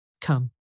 Come